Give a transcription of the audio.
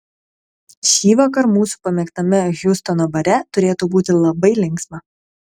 šįvakar mūsų pamėgtame hjustono bare turėtų būti labai linksma